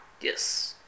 Yes